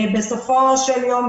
בסופו של יום,